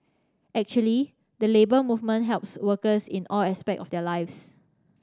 actually the Labour Movement helps workers in all aspects of their lives